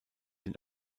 den